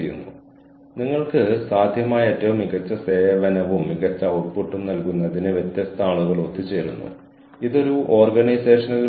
കൂടാതെ നിങ്ങളെ പഠിപ്പിക്കാൻ ഞാൻ തയ്യാറായിരിക്കണം അതിനാൽ സമാനമായി ഈ അവസരം ഉപയോഗിക്കാൻ ആഗ്രഹിക്കുന്ന ഏതൊരാളും ആദ്യം അതിനെക്കുറിച്ച് അറിയേണ്ടതുണ്ട്